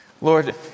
Lord